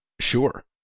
sure